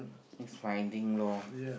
is finding loh